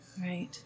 right